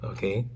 Okay